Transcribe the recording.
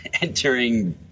entering